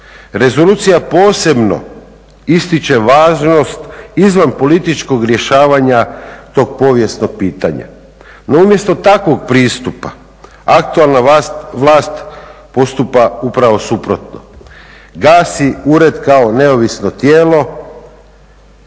Rezolucija posebno ističe važnost izvan političkog rješavanja tog povijesnog pitanja, no umjesto takvog pristupa, aktualna vlast postupa upravo suprotno. Gasi ured kao neovisno tijelo